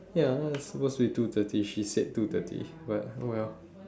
ya suppose to be two thirty she said two thirty but oh well